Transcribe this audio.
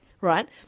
right